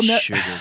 Sugar